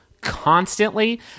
constantly